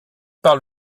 par